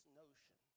notion